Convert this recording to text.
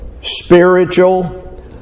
Spiritual